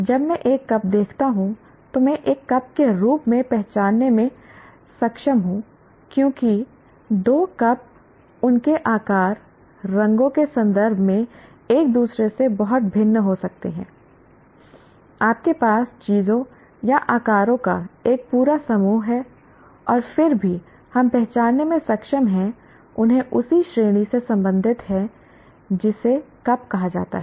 जब मैं एक कप देखता हूं तो मैं एक कप के रूप में पहचानने में सक्षम हूं क्योंकि दो कप उनके आकार रंगों के संदर्भ में एक दूसरे से बहुत भिन्न हो सकते हैं आपके पास चीजों या आकारों का एक पूरा समूह है और फिर भी हम पहचानने में सक्षम हैं उन्हें उसी श्रेणी से संबंधित है जिसे कप कहा जाता है